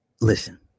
Listen